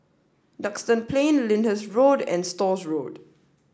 Duxton Plain Lyndhurst Road and Stores Road